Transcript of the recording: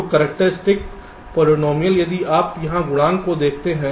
तो characteristic polynomial यदि आप यहाँ गुणांक को देखते हैं